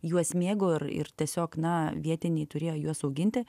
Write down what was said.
juos mėgo ir ir tiesiog na vietiniai turėjo juos auginti